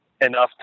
enough